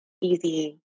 easy